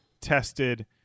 tested